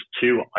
two